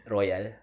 Royal